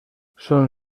són